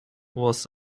was